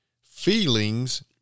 feelings